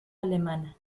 alemana